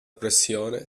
pressione